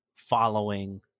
following